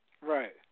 Right